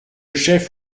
chef